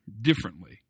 differently